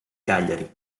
cagliari